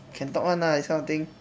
can talk [one] ah this kind of thing